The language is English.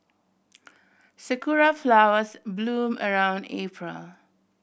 sakura flowers bloom around April